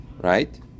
right